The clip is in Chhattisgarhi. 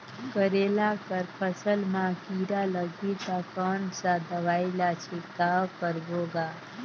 करेला कर फसल मा कीरा लगही ता कौन सा दवाई ला छिड़काव करबो गा?